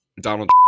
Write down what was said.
Donald